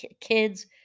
kids